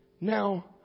Now